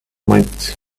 might